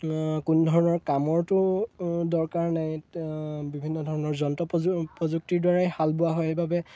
কোনো ধৰণৰ কামৰটো দৰকাৰ নাই বিভিন্ন ধৰণৰ যন্ত্ৰ প্ৰযুক্তিৰদ্বাৰাই হাল বোৱা হয় সেইবাবে